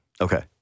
Okay